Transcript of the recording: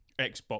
Xbox